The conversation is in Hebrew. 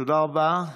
תודה רבה.